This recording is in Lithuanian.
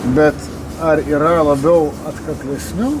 bet ar yra labiau atkaklesnių